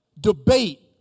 debate